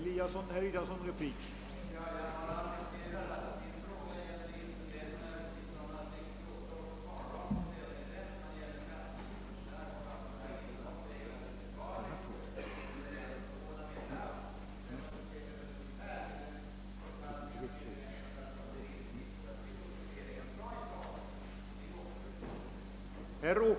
Herr talman!